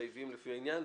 המחויבים לפי העניין...".